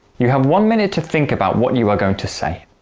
you have one minute to think about what you are going to say.